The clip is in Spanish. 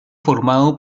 formado